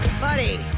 Buddy